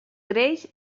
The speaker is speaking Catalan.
greix